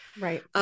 Right